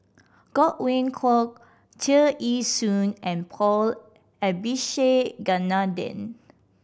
Godwin Koay Tear Ee Soon and Paul Abisheganaden